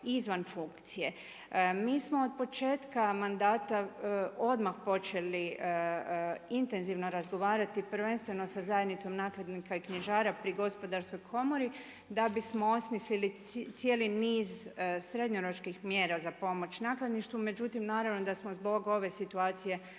izvan funkcije. Mi smo od početka manda odmah počeli intenzivno razgovarati, prvenstveno sa zajednicom nakladnika i knjižara pri Gospodarskoj komori da bismo osmisli cijeli niz srednjoročnih mjera za pomoć nakladništvu. Međutim naravno da smo zbog ove situacije